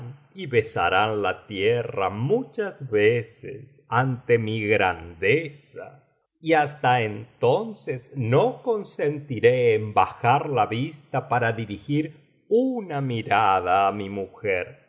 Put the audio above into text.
y besarán la tierra muchas veces ante mi grandeza y hasta entonces no consentiré en bajar la vista para dirigir una mirada á mi mujer